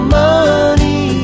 money